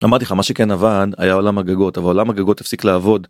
אמרתי לך מה שכן עבד, היה עולם הגגות. אבל עולם הגגות הפסיק לעבוד.